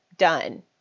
done